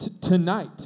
Tonight